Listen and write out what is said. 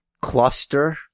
cluster